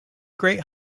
great